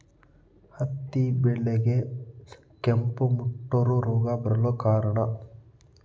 ಹತ್ತಿ ಬೆಳೆಗೆ ಕೆಂಪು ಮುಟೂರು ರೋಗ ಬರಲು ಕಾರಣ?